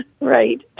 right